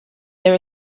there